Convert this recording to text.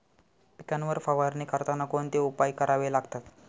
पिकांवर फवारणी करताना कोणते उपाय करावे लागतात?